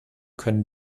können